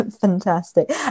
fantastic